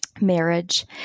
marriage